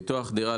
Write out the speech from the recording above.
ביטוח דירה,